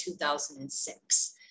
2006